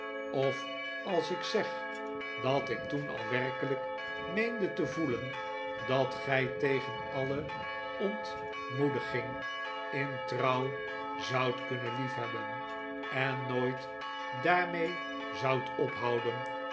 of als ik zeg dat ik toen al werkelijk meende te voelen dat gij tegen alle ontmoediging in trouw zoudt kunnen liefhebben en nooit daarmee zoudt ophouden